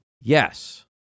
Yes